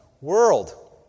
world